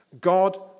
God